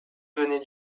venaient